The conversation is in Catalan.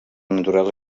natural